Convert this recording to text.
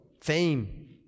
fame